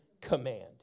command